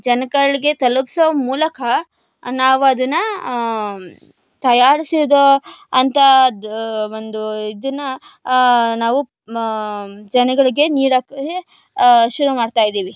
ಜನಗಳಿಗೆ ತಲುಪಿಸೊ ಮೂಲಕ ನಾವು ಅದನ್ನು ತಯಾರಿಸಿದ ಅಂಥದ್ದು ಒಂದು ಇದನ್ನು ನಾವು ಜನಗಳಿಗೆ ನೀಡೋಕ್ಕೆ ಶುರು ಮಾಡ್ತಾ ಇದ್ದೀವಿ